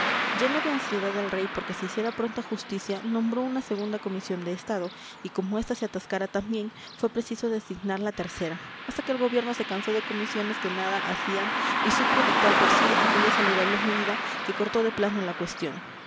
lleno de ansiedad el rey porque se hiciera pronta justicia nombró una segunda comisión de estado y como esta se atascara también fue preciso designar la tercera hasta que el gobierno se cansó de comisiones que nada hacían y supo dictar por sí aquella saludable medida que cortó de plano la cuestión